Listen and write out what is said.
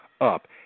up